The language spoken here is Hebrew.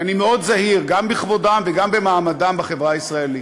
שאני מאוד זהיר גם בכבודם וגם במעמדם בחברה הישראלית.